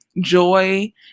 Joy